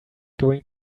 going